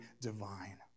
divine